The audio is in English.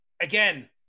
Again